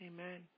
Amen